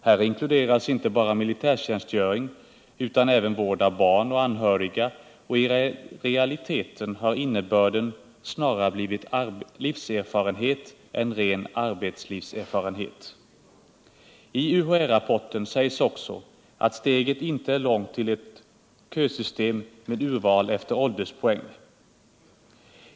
Här inkluderas inte bara militärtjänstgöring utan även vård av barn och anhöriga, och i realiteten har innebörden snarare blivit ”livserfarenhet” än ren arbetslivserfarenhet. I UHÄ-rapporten sägs också att steget inte är långt till kösystem med urval efter ålderspoäng.